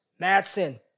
Madsen